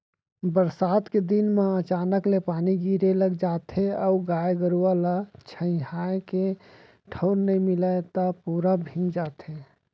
बरसात के दिन म अचानक ले पानी गिरे लग जाथे अउ गाय गरूआ ल छंइहाए के ठउर नइ मिलय त पूरा भींग जाथे